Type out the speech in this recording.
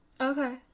Okay